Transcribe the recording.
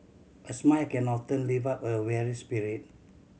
a smile can often lift up a weary spirit